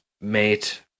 mate